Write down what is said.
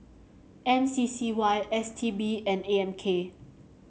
M C C Y S T B and A M K